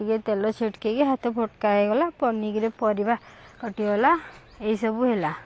ଟିକେ ତେଲ ଛିଟିକି କି ହାତ ଫୋଟକା ହେଇଗଲା ପନିକିରେ ପରିବା କଟିଗଲା ଏଇସବୁ ହେଲା